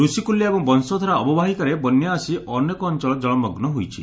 ରଷିକୁଲ୍ୟା ଏବଂ ବଂଶଧରା ଅବବାହିକାରେ ବନ୍ୟା ଆସି ଅନେକ ଅଞ୍ ଳ ଜଳମଗୁ ହୋଇଛି